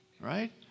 right